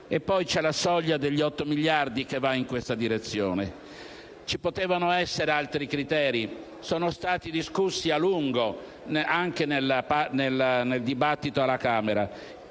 E poi c'è la soglia degli 8 miliardi che va in questa direzione. Ci potevano essere altri criteri, che sono stati discussi a lungo, anche nel dibattito alla Camera.